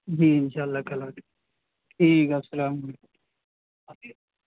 جی انشاء اللہ کل آتے ٹھیک ہے السلام علیکم